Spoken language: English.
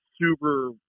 super